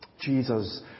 Jesus